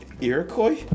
Iroquois